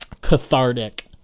cathartic